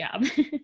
job